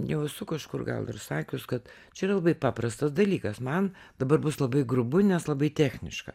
jau esu kažkur gal ir sakius kad čia yra labai paprastas dalykas man dabar bus labai grubu nes labai techniška